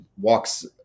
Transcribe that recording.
walks